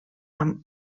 amb